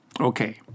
Okay